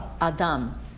Adam